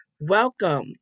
Welcome